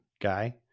guy